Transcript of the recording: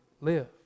live